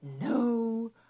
no